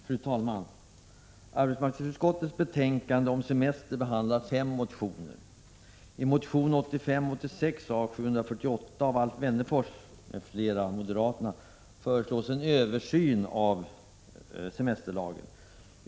Fru talman! Arbetsmarknadsutskottets betänkande om semester behandlar fem motioner. I motion 1985/86:A748 av Alf Wennerfors m.fl. föreslås en översyn av semesterlagen.